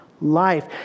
life